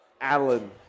Alan